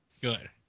Good